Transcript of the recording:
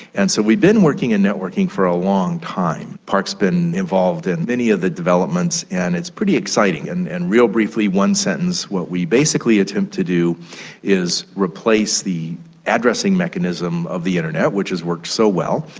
and so we've been working in networking for a long time. parc has been involved in many of the developments and it's pretty exciting. and and really briefly, one sentence, what we basically attempt to do is replace the addressing mechanism of the internet, which has worked so well,